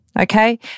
Okay